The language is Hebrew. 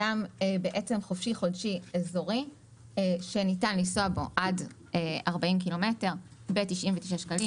חופשי-חודשי אזורי שניתן לנסוע בו עד 40 ק"מ ב-99 שקלים.